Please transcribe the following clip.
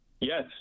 Yes